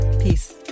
peace